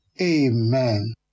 Amen